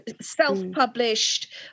self-published